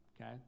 Okay